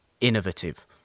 Innovative